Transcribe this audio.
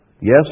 Yes